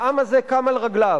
העם הזה קם על רגליו,